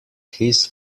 his